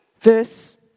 Verse